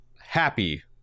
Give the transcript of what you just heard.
happy